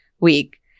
week